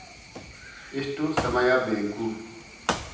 ಎಷ್ಟು ಸಮಯ ಬೇಕು?